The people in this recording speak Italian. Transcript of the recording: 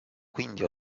quindi